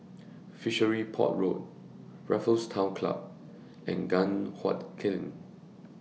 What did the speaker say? Fishery Port Road Raffles Town Club and Guan Huat Kiln